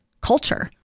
culture